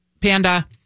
Panda